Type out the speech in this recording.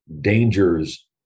dangers